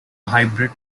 hybrid